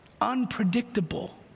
unpredictable